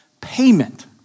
payment